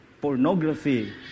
pornography